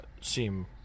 seem